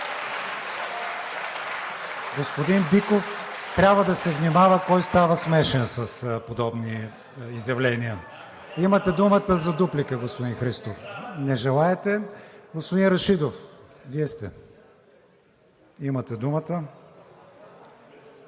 Господин Биков, трябва да се внимава кой става смешен с подобни изявления. Имате думата за дуплика, господин Христов. Не желаете. Господин Рашидов, Вие сте. ВЕЖДИ РАШИДОВ